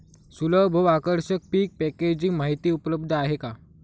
सुलभ व आकर्षक पीक पॅकेजिंग माहिती उपलब्ध आहे का?